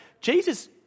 Jesus